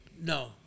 no